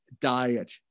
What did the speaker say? diet